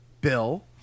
Bill